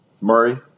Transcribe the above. Murray